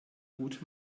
gut